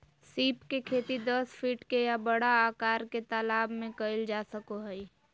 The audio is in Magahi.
सीप के खेती दस फीट के या बड़ा आकार के तालाब में कइल जा सको हइ